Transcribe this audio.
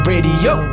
Radio